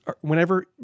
whenever